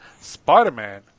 Spider-Man